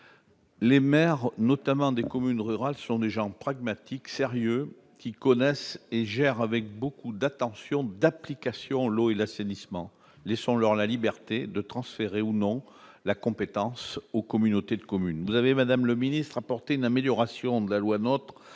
les maires, notamment ceux des communes rurales sont des gens pragmatiques, sérieux, qui connaissent et gèrent avec beaucoup d'attention et d'application l'eau et l'assainissement. Laissons-leur la liberté de transférer ou non la compétence aux communautés de communes. Vous avez, madame la ministre, apporté une amélioration à la loi NOTRe